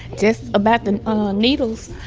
just about the needles